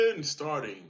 Starting